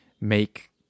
make